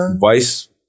Vice